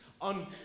on